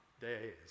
days